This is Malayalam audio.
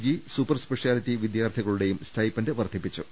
ജി സൂപ്പർ സ്പെഷ്യാലിറ്റി വിദ്യാർത്ഥികളുടെയും സ്റ്റൈപ്പന്റ് വർദ്ധിപ്പിച്ചു